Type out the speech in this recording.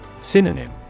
Synonym